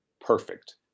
perfect